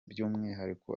by’umwihariko